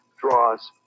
draws